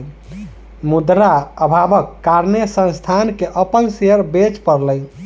मुद्रा अभावक कारणेँ संस्थान के अपन शेयर बेच पड़लै